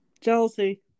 Jealousy